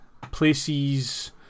places